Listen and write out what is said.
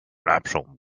lepszą